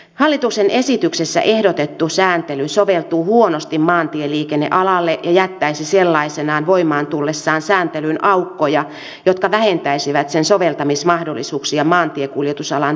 hallituksen esityksessä ehdotettu sääntely soveltuu huonosti maantieliikennealalle ja jättäisi sellaisenaan voimaan tullessaan sääntelyyn aukkoja jotka vähentäisivät sen soveltamismahdollisuuksia maantiekuljetusalan työssä